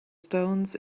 stones